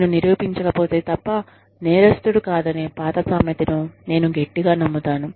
నేను నిరూపించకపోతే తప్ప నేరస్థుడు కాదనే పాత సామెతను నేను గట్టిగా నమ్ముతున్నాను